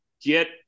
get